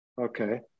Okay